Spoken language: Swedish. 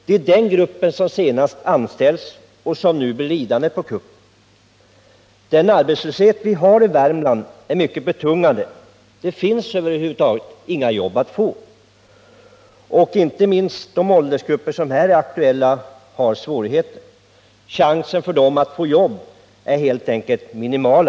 Det är den grupp som senast har anställts och som nu blir lidande. Den arbetslöshet vi har i Värmland är mycket betungande — det finns över huvud taget inga jobb att få. Inte minst den åldersgrupp som här är aktuell har svårigheter. Chansen att få jobb är helt enkelt minimal.